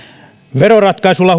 veroratkaisulla